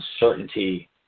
uncertainty